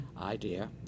idea